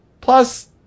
plus